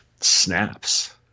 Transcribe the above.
snaps